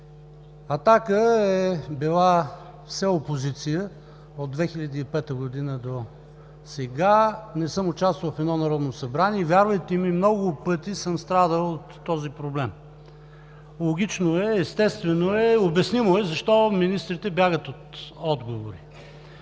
„Атака“ е била все опозиция от 2005 г. досега. Не съм участвал в едно Народно събрание и, вярвайте ми, много пъти съм страдал от този проблем. Логично е, естествено е, обяснимо е защо министрите бягат от отговори.